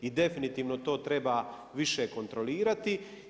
I definitivno to treba više kontrolirati.